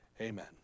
amen